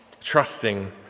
trusting